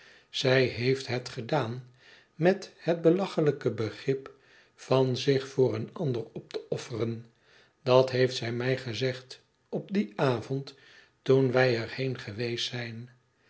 zij heeft het gedaan met het belachelijke begrip van zich voor een ander op te offeren dat heeft zij mij gezegd opdien avond toen wij er heen geweest zijn